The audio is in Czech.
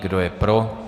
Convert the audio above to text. Kdo je pro?